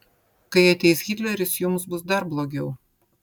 kai ateis hitleris jums bus dar blogiau